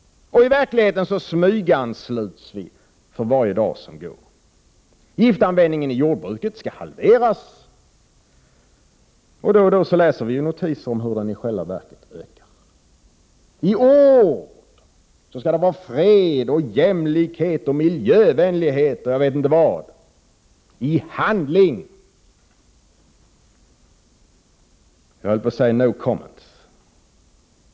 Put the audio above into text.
I verkligheten smygansluts vi för varje dag som går. Giftanvändningen i jordbruket skall halveras, men då och då läser vi notiser om hur den i själva verket ökar. I år skall det vara fred, jämlikhet och miljövänlighet, och jag vet inte vad. I handling blir det ingenting. Jag skulle ibland vilja säga ”no comments”.